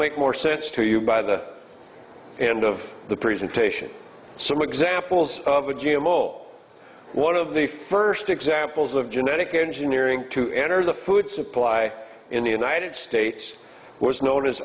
make more sense to you by the end of the presentation some examples of a g m o one of the first examples of genetic engineering to enter the food supply in the united states was known as